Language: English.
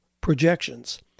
projections